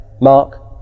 Mark